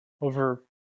over